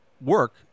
work